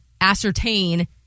ascertain